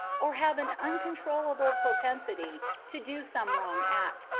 or have an uncontrollable propensity to do some wrong act,